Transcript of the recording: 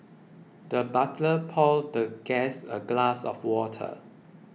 the butler poured the guest a glass of water